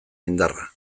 indarra